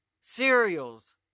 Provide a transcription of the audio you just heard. cereals